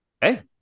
Hey